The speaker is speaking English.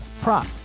prop